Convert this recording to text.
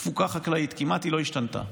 תפוקה חקלאית, היא כמעט לא השתנתה.